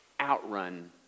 outrun